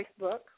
Facebook